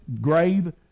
grave